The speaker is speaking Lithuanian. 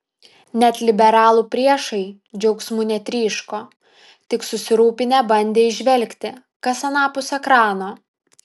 net liberalų priešai džiaugsmu netryško tik susirūpinę bandė įžvelgti kas anapus ekrano